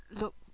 look